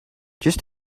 just